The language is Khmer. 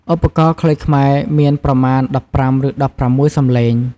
ឧបករណ៍ខ្លុយខ្មែរមានប្រមាណ ១៥ ឬ ១៦ សំឡេង។